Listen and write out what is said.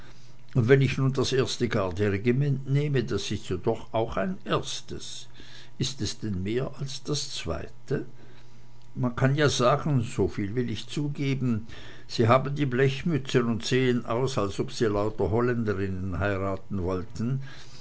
und wenn ich nun das erste garderegiment nehme das ist ja doch auch ein erstes ist es denn mehr als das zweite man kann ja sagen soviel will ich zugehen sie haben die blechmützen und sehen aus als ob sie lauter holländerinnen heiraten wollten